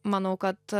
manau kad